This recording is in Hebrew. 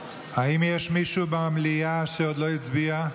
האם יש מישהו במליאה שעוד לא הצביע?